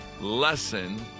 lesson